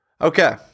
Okay